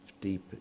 deep